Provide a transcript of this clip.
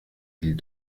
ils